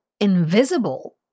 invisible